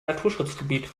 naturschutzgebiet